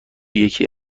یکی